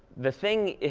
the thing